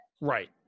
Right